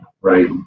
right